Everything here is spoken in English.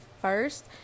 first